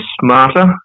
smarter